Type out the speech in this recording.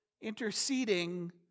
interceding